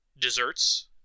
desserts